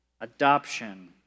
adoption